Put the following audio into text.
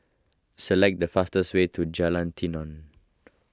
select the fastest way to Jalan Tenon